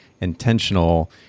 intentional